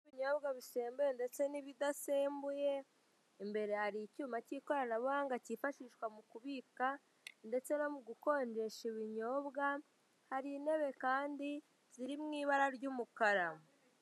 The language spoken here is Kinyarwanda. Ibinyobwa bisembuye ndetse n'ibidasembuye imbere hari icyuma cy'ikoranabuhanga cyifashishwa mukubika ndetse no mu gukonjesha ibinyobwa, hari intebe kandi ziri mw'ibara ry'umukara.